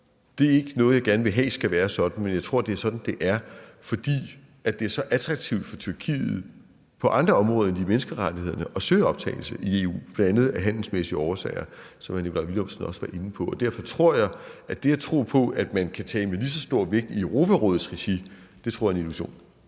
Det er ikke noget, jeg gerne vil have skal være sådan, men jeg tror, det er sådan, det er, fordi det er så attraktivt for Tyrkiet på andre områder end lige menneskerettighederne at søge optagelse i EU – bl.a. af handelsmæssige årsager, som hr. Nikolaj Villumsen også var inde på. Derfor tror jeg, at det at tro på, at man kan tale med lige så stor vægt i Europarådets regi, er en illusion.